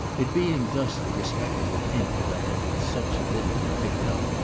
it being thus the respectable hint that i had with such avidity picked up,